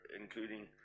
including